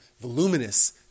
voluminous